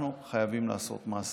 אנחנו חייבים לעשות מעשה.